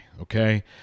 Okay